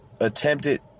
Attempted